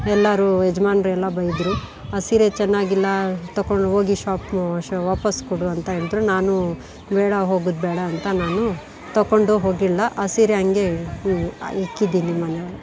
ಎಲ್ಲರು ಯಜಮಾನರೆಲ್ಲ ಬೈದರು ಆ ಸೀರೆ ಚೆನ್ನಾಗಿಲ್ಲ ತಗೊಂಡು ಹೋಗಿ ಶಾಪ್ ವಾಪಸ್ಸು ಕೊಡು ಅಂತ ಹೇಳಿದ್ರು ನಾನು ಬೇಡ ಹೋಗೋದು ಬೇಡ ಅಂತ ನಾನು ತಗೊಂಡು ಹೋಗಿಲ್ಲ ಆ ಸೀರೆ ಹಾಗೆ ಇಟ್ಟಿದ್ದೀನಿ ಮನೇಲಿ